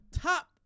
top